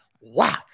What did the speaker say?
wow